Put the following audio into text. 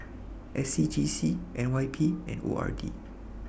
SCGC NYP and ORD